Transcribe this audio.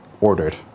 ordered